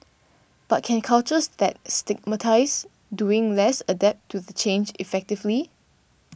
but can cultures that 'stigmatise' doing less adapt to the change effectively